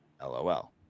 LOL